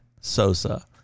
Sosa